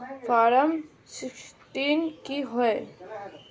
Form sixteen की होय?